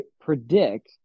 predict